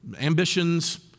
ambitions